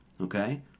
Okay